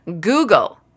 Google